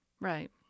right